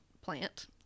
plant